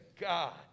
God